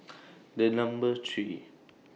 The Number three